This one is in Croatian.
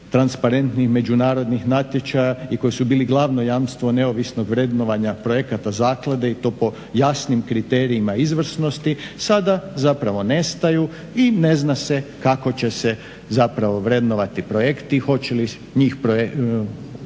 transparentnih međunarodnih natječaja i koji su bili glavno jamstvo neovisnog vrednovanja projekata zaklade i to po jasnim kriterijima izvrsnosti, sada zapravo nestaju i ne zna se kako će se vrednovati projekti. Hoće li njih vrednovati